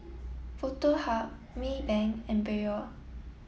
Foto Hub Maybank and Biore